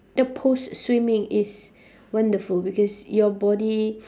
the post swimming is wonderful because your body